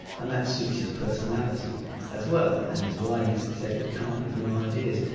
and that suits his personality as well, and is why he's he's able to come up with new ideas.